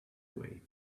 away